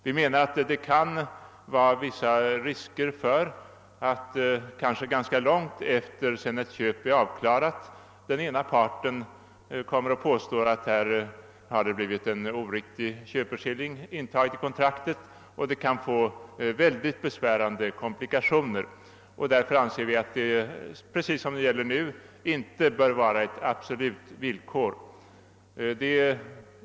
Vi menar att det kan föreligga risker för att den ena parten — kanske långt efter det att köpet är avklarat — kommer och påstår att en oriktig köpeskilling har blivit intagen i kontraktet, vilket i så fall kan få mycket besvärande komplikationer. Vi anser därför att det precis som nu inte skall vara ett absolut villkor.